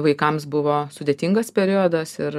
vaikams buvo sudėtingas periodas ir